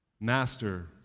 Master